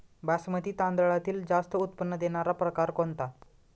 बासमती तांदळातील जास्त उत्पन्न देणारा प्रकार कोणता?